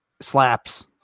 slaps